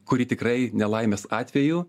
kuri tikrai nelaimės atveju